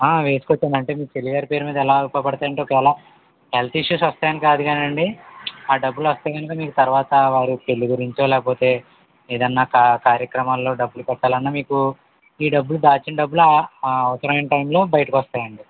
వేసుకోవచ్చండి మీ చెల్లి గారి పేరు మీద ఎలా ఉపయోగపడతాయంటే ఒకవేళ హెల్త్ ఇష్యూస్ వస్తాయని కాదు కానండి ఆ డబ్బులు వస్తే కనుక మీకు తరవాత వారి పెళ్ళి గురించో లేకపోతే ఏదన్నా కా కార్యక్రమంలో డబ్బులు పెట్టాలన్నా మీకు ఈ డబ్బులు దాచిన డబ్బులు ఆ అవసరమైన టైమ్లో బయటకొస్తాయండి